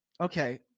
Okay